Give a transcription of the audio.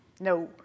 No